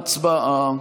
הצבעה.